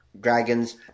dragons